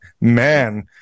man